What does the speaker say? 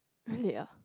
really ah